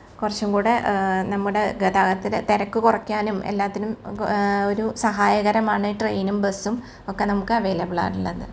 കുറച്ചും കൂടെ നമ്മുടെ ഗതാഗതത്തിലെ തിരക്ക് കുറയ്ക്കാനും എല്ലാത്തിനും ഒരു സഹായകരമാണ് ഈ ട്രെയിനും ബസ്സും ഒക്കെ നമുക്ക് അവൈലബിളാട്ട് ഉള്ളത്